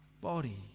body